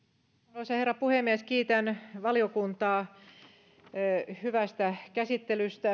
arvoisa herra puhemies kiitän valiokuntaa hyvästä käsittelystä